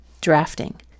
drafting